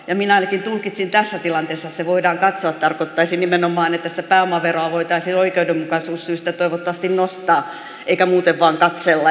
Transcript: minä ainakin tulkitsin tässä tilanteessa että se voidaan katsoa tarkoittaisi nimenomaan että sitä pääomaveroa voitaisiin oikeudenmukaisuussyistä toivottavasti nostaa eikä muuten vain katsella